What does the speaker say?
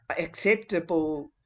acceptable